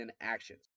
actions